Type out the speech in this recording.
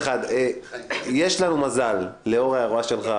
יש לנו מזל לאור ההערה שלך,